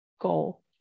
goal